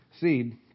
seed